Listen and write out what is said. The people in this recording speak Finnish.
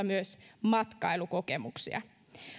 myös matkailukokemuksia